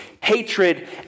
hatred